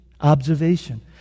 observation